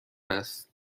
است